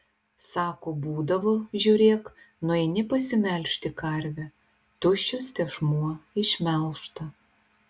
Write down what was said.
sako būdavo žiūrėk nueini pasimelžti karvę tuščias tešmuo išmelžta